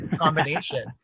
combination